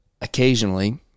occasionally